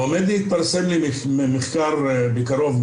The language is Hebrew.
עומד להתפרסם מחקר בקרוב,